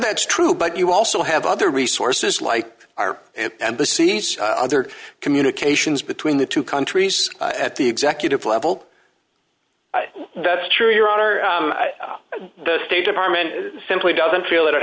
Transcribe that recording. that's true but you also have other resources like our embassies there are communications between the two countries at the executive level that's true your honor the state department simply doesn't feel that it